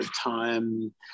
time